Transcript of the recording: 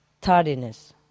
tardiness